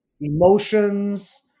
emotions